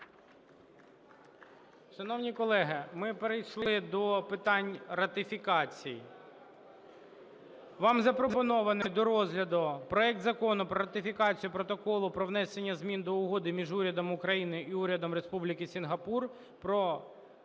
Шановні колеги, ми перейшли до питань ратифікацій. Вам запропонований до розгляду проект Закону про ратифікацію Протоколу про внесення змін до Угоди між Урядом України і Урядом Республіки Сінгапур про